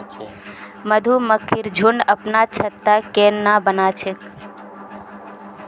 मधुमक्खिर झुंड अपनार छत्ता केन न बना छेक